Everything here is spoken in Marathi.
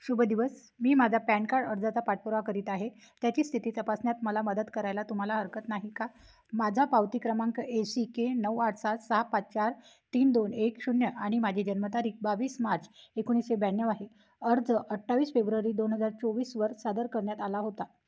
शुभदिवस मी माझा पॅन कार्ड अर्जाचा पाठपुरावा करीत आहे त्याची स्थिती तपासण्यात मला मदत करायला तुम्हाला हरकत नाही का माझा पावती क्रमांक ए सी के नऊ आठ सात सहा पाच चार तीन दोन एक शून्य आणि माझी जन्मतारीख बावीस मार्च एकोणीसशे ब्याण्णव आहे अर्ज अठ्ठावीस फेब्रुवारी दोन हजार चोवीसवर सादर करण्यात आला होता